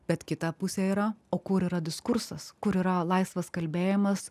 bet kita pusė yra o kur yra diskursas kur yra laisvas kalbėjimas